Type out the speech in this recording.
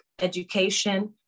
education